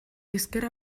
ezker